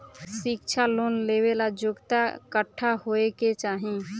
शिक्षा लोन लेवेला योग्यता कट्ठा होए के चाहीं?